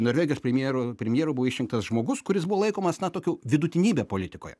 norvegijos premjeru premjeru buvo išrinktas žmogus kuris buvo laikomas na tokiu vidutinybe politikoje